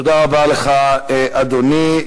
תודה רבה לך, אדוני.